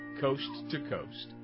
coast-to-coast